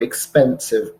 expensive